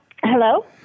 Hello